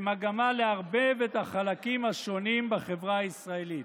במגמה לערבב את החלקים השונים בחברה הישראלית.